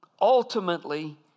Ultimately